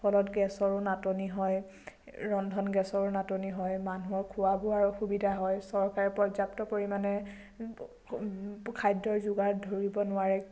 ফলত গেছৰো নাটনি হয় ৰন্ধন গেছৰো নাটনি হয় মানুহৰ খোৱা বোৱাৰ অসুবিধা হয় চৰকাৰে পৰ্য্যাপ্ত পৰিমাণে খাদ্যৰ যোগান ধৰিব নোৱাৰে